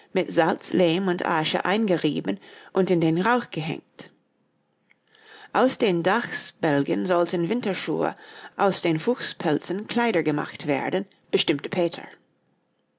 mit salz lehm und asche eingerieben und in den rauch gehängt aus den dachsbälgen sollten winterschuhe aus den fuchspelzen kleider gemacht werden bestimmte peter